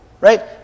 right